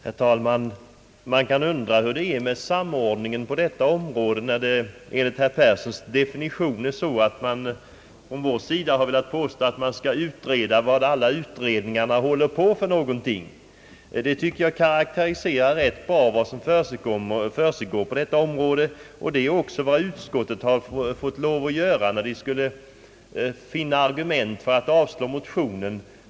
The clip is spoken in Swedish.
Herr talman! Man kan undra hur det är med samordningen på detta område när det enligt herr Perssons definition är så att man från vår sida velat påstå att man skall utreda vad alla utredningar håller på med. Jag tycker att det rätt bra karakteriserar vad som för siggår på detta område, och det framgår även av vad utskottet måst göra, när det skulle finna argument för att avslå motionen.